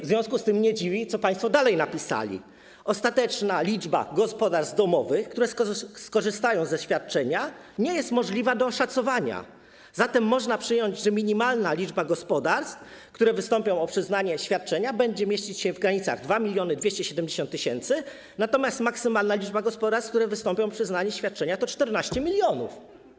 W związku z tym nie dziwi, co państwo dalej napisali: ostateczna liczba gospodarstw domowych, które skorzystają ze świadczenia, nie jest możliwa do oszacowania, zatem można przyjąć, że minimalna liczba gospodarstw, które wystąpią o przyznanie świadczenia, będzie mieścić się w granicach 2270 tys., natomiast maksymalna liczba gospodarstw, które wystąpią o przyznanie świadczenia, to 14 mln.